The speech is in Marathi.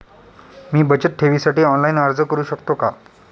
मी बचत ठेवीसाठी ऑनलाइन अर्ज करू शकतो का?